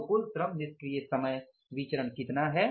तो कुल श्रम निष्क्रिय समय विचरण कितना है